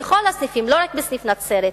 לא רק בסניף נצרת,